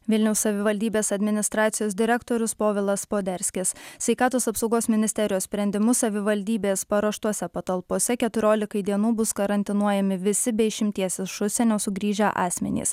vilniaus savivaldybės administracijos direktorius povilas poderskis sveikatos apsaugos ministerijos sprendimu savivaldybės paruoštose patalpose keturiolikai dienų bus karantinuojami visi be išimties iš užsienio sugrįžę asmenys